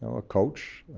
a coach,